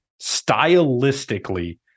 stylistically